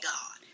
God